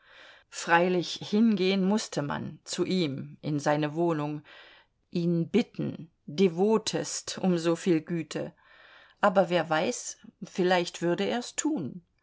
freilich hingehen mußte man zu ihm in seine wohnung ihn bitten devotest um soviel güte aber wer weiß vielleicht würde er's tun